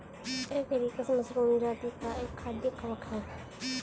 agaricus mushroom जाती का एक खाद्य कवक है